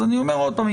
אז אני אומר עוד פעם,